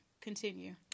Continue